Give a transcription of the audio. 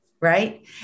right